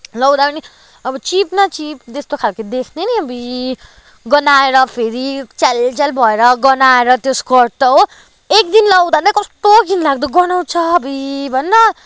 लाउँदा पनि अब चिप न चिप अब त्यस्तो खालको देख्ने नि अभुई गनाएर फेरि च्याल च्याल भएर गनाएर त्यो स्कर्ट त हो एकदिन लाउँदा नै कस्तो घिनलाग्दो गनाउँछ अभुई भन न